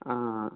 ആ